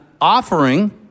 offering